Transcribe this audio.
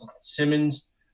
Simmons